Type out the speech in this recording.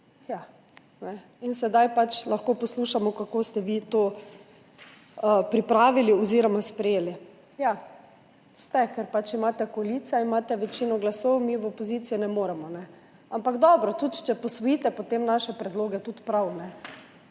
Sedaj pač lahko poslušamo, kako ste vi to pripravili oziroma sprejeli. Ja, ste, ker ste v koaliciji in imate večino glasov, mi v opoziciji ne moremo, ampak dobro, tudi če potem posvojite naše predloge, tudi prav.